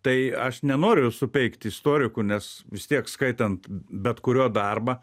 tai aš nenoriu supeikti istorikų nes vis tiek skaitant bet kurio darbą